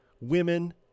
women